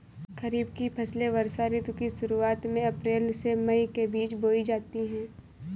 खरीफ की फसलें वर्षा ऋतु की शुरुआत में अप्रैल से मई के बीच बोई जाती हैं